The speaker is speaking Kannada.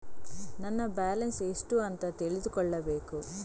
ನನ್ನ ಬ್ಯಾಲೆನ್ಸ್ ಎಷ್ಟು ಅಂತ ತಿಳಿದುಕೊಳ್ಳಬೇಕು?